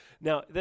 Now